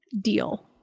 deal